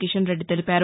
కిషన్రెడ్డి తెలిపారు